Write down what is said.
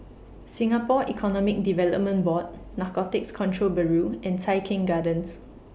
Singapore Economic Development Board Narcotics Control Bureau and Tai Keng Gardens